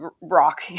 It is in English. rock